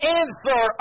answer